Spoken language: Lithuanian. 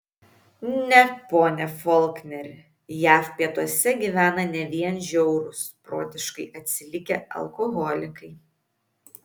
ne pone folkneri jav pietuose gyvena ne vien žiaurūs protiškai atsilikę alkoholikai